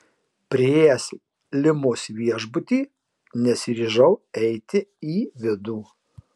priėjęs limos viešbutį nesiryžau eiti į vidų